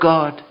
God